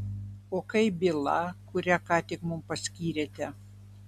o kaip byla kurią ką tik mums paskyrėte